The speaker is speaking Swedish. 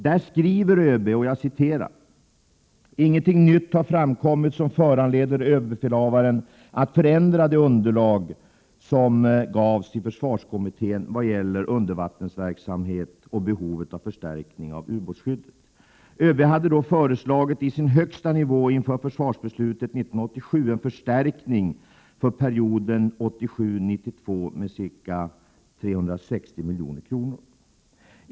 Där skriver ÖB: ”Ingenting nytt har framkommit som föranleder överbefälhavaren att förändra det underlag som gavs till försvarskommittén vad gäller undervattensverksamheten och behovet av förstärkning av ubåtsskyddet.” ÖB hade då föreslagit i sin högsta nivå inför försvarsbeslutet 1987 en förstärkning för perioden 1987-1992 med ca 360 milj.kr.